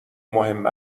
مهم